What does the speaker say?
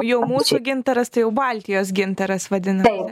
jau mūsų gintaras tai jau baltijos gintaras vadinasi